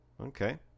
okay